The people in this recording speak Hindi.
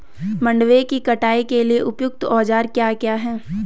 मंडवे की कटाई के लिए उपयुक्त औज़ार क्या क्या हैं?